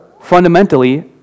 fundamentally